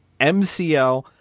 MCL